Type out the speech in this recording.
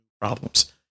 problems